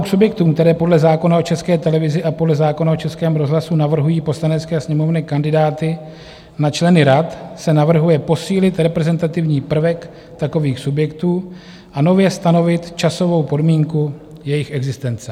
Ve vztahu k subjektům, které podle zákona o České televizi a podle zákona o Českém rozhlasu navrhují Poslanecké sněmovně kandidáty na členy rad, se navrhuje posílit reprezentativní prvek takových subjektů a nově stanovit časovou podmínku jejich existence.